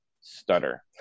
stutter